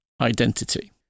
Identity